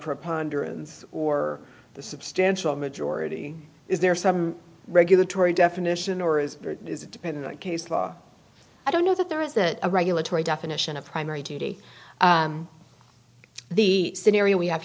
preponderance or the substantial majority is there some regulatory definition or is is dependent on case law i don't know that there is that a regulatory definition of primary duty the scenario we have